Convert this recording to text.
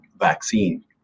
vaccine